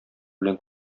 белән